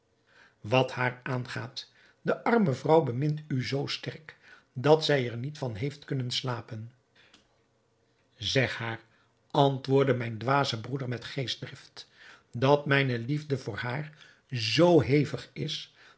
wat haar aangaat de arme vrouw bemint u zoo sterk dat zij er niet van heeft kunnen slapen zeg haar antwoordde mijn dwaze broeder met geestdrift dat mijne liefde voor haar zoo hevig is